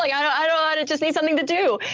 i don't want to just need something to do.